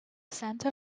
santa